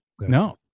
no